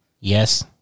yes